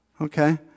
Okay